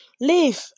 leave